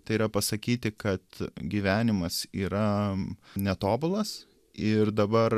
tai yra pasakyti kad gyvenimas yra netobulas ir dabar